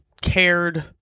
cared